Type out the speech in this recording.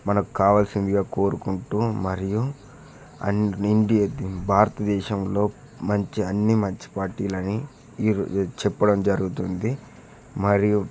మనకు కావాల్సిందిగా కోరుకుంటు మరియు అన్ని భారతదేశంలో మంచి అన్నీ మంచి పార్టీలు అని చెప్పడం జరుగుతుంది మరియు